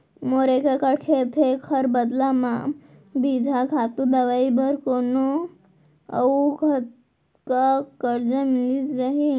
मोर एक एक्कड़ खेत हे, एखर बदला म बीजहा, खातू, दवई बर कोन अऊ कतका करजा मिलिस जाही?